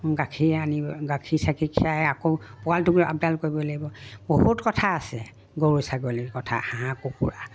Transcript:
গাখীৰ আনি গাখীৰ চাখীৰ খিৰাই আকৌ পোৱালিটোক আপডাল কৰিব লাগিব বহুত কথা আছে গৰু ছাগলীৰ কথা হাঁহ কুকুৰ